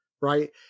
right